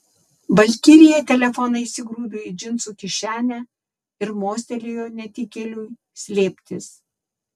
valkirija telefoną įsigrūdo į džinsų kišenę ir mostelėjo netikėliui slėptis